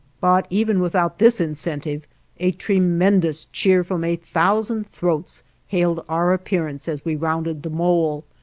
but even without this incentive a tremendous cheer from a thousand throats hailed our appearance as we rounded the mole,